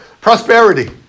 Prosperity